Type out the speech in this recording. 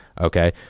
okay